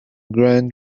grand